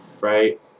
right